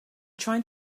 trying